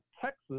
Texas